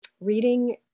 reading